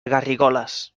garrigoles